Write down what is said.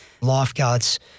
Lifeguards